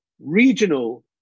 regional